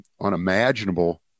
unimaginable